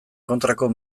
kontrako